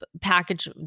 package